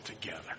together